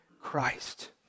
Christ